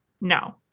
No